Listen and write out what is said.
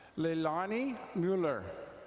leilani luler.